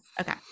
Okay